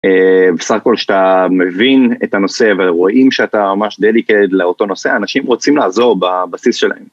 בסך הכל כשאתה מבין את הנושא ורואים שאתה ממש דדיקייט לאותו נושא, אנשים רוצים לעזור בבסיס שלהם.